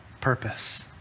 purpose